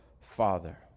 Father